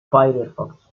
firefox